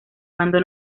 bando